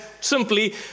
simply